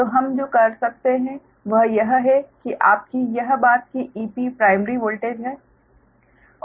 तो हम जो कर सकते हैं वह यह है कि आपकी यह बात कि Ep प्राइमरी वोल्टेज है